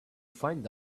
find